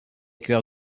cœur